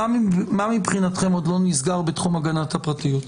מה מבחינתכם עוד לא נסגר בתחום הגנת הפרטיות?